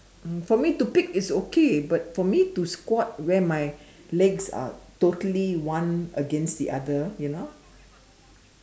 uh for me to pick it's okay but for me to squat where my legs are totally one against the other you know